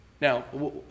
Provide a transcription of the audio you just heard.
Now